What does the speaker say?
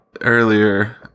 earlier